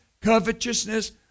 covetousness